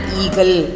eagle